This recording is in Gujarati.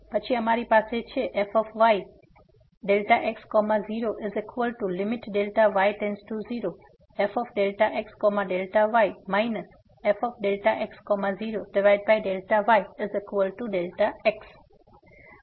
પછી અમારી પાસે છે fyx0fxy fx0y x તેથી આ x છે